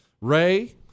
Ray